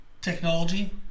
technology